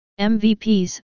MVPs